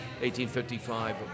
1855